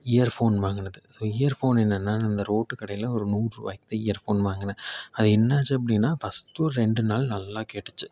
year phone வாங்கினது so earphone என்னென்னா இந்த ரோட்டு கடையில் ஒரு நூறுவாய்க்குதான் இயர் ஃபோன் வாங்கினேன் அது என்னாச்சு அப்படின்னா ஃபஸ்ட்டு ஒரு ரெண்டு நாள் நல்லா கேட்டுச்சு